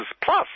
plus